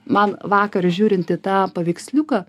man vakar žiūrint į tą paveiksliuką